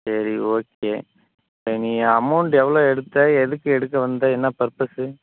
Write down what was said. சரி ஓகே நீ அமௌண்ட் எவ்வளோ எடுத்த எதுக்கு எடுக்க வந்த என்ன பர்பஸ்ஸு